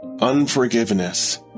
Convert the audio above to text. Unforgiveness